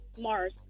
Mars